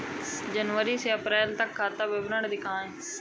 जनवरी से अप्रैल तक का खाता विवरण दिखाए?